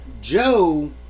Joe